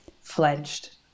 fledged